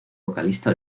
vocalista